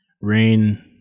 rain